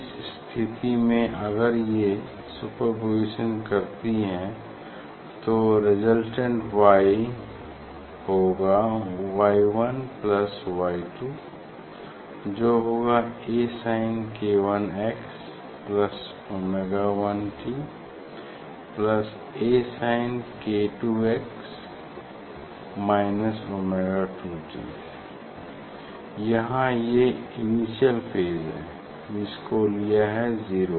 इस स्थिति में अगर ये सुपरपोज़िशन करती हैं तो रेसल्टेंट Y होगा Y 1 प्लस Y 2 जो होगा Asink 1 x plus omega 1 t plus Asink2x minus omega 2 t यहाँ ये इनिशियल फेज है जिसको लिया है जीरो